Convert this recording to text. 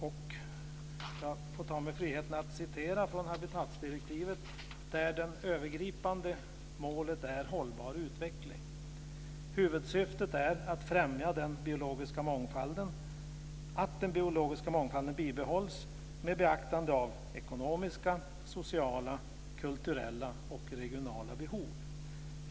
Jag ska ta mig friheten att återge vad som står i habitatdirektivet, där det övergripande målet är hållbar utveckling: Huvudsyftet är att främja att den biologiska mångfalden bibehålls med beaktande av ekonomiska, sociala, kulturella och regionala behov.